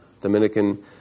Dominican